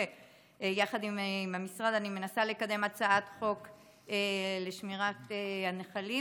יחד עם המשרד אני מנסה לקדם הצעת חוק לשמירת הנחלים,